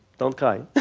don't cry.